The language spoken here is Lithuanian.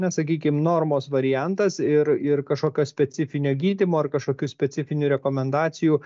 na sakykim normos variantas ir ir kažkokio specifinio gydymo ar kažkokių specifinių rekomendacijų